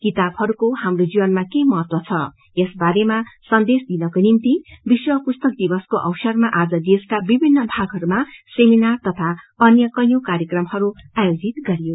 किताबहरूको हाम्रो जीवनमा के महत्व छ यस बारेमा बताउनको निम्ति विश्व पुस्तक दिवको अवसरमा आज देशका विमिन्न भागहरूमा सेमिनार तथा अन्य कैंयौ कार्यक्रमहरूको आयोजित गरियो